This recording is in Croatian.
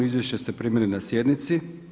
Izvješće ste primili na sjednici.